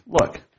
Look